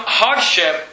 hardship